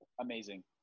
Amazing